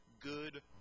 good